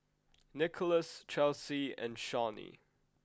Nikolas Chelsy and Shawnee